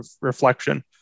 reflection